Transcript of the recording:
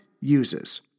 uses